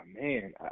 man